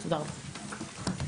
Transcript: הישיבה ננעלה בשעה 12:20.